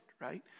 right